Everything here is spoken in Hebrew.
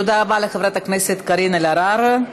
תודה רבה לחברת הכנסת קארין אלהרר.